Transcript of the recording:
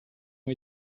ont